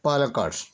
Palakkad